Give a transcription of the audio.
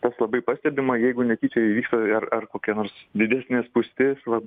tas labai pastebima jeigu netyčia įvykta ar ar kokia nors didesnė spūstis va